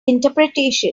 interpretation